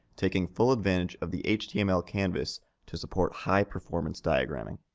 taking full advantage of the html canvas to support high-performance diagramming.